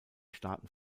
staaten